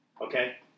Okay